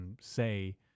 say